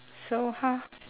so how